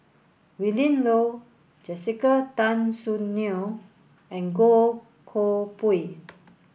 Willin Low Jessica Tan Soon Neo and Goh Koh Pui